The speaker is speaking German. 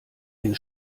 den